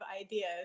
ideas